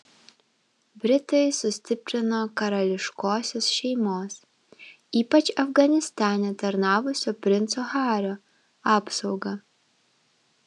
britai sustiprino karališkosios šeimos ypač afganistane tarnavusio princo hario apsaugą